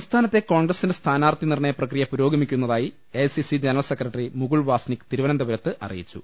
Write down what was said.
സംസ്ഥാനത്തെ കോൺഗ്രസിന്റെ സ്ഥാനാർത്ഥി നിർണയ പ്രക്രിയ പുരോഗമിക്കുന്നതായി A I C C general secretary Mukul Wasnik തിരുവനന്തപുരത്ത് അറിയിച്ചു